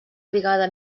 brigada